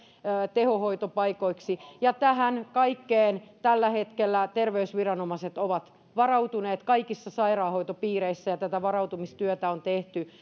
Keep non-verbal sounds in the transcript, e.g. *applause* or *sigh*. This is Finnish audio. tehohoitopaikoiksi tähän kaikkeen tällä hetkellä terveysviranomaiset ovat varautuneet kaikissa sairaanhoitopiireissä ja tätä varautumistyötä on tehty *unintelligible*